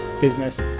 business